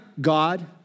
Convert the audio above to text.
God